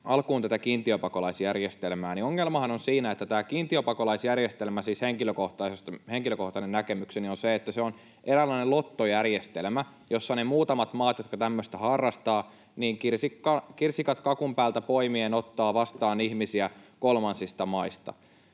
alkuun tätä kiintiöpakolaisjärjestelmää. Ongelmahan on siinä, että tämä kiintiöpakolaisjärjestelmä — siis tämä on henkilökohtainen näkemykseni — on eräänlainen lottojärjestelmä, jossa ne muutamat maat, jotka tämmöistä harrastavat, kirsikat kakun päältä poimien ottavat vastaan ihmisiä kolmansista maista.